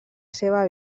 seva